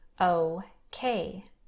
okay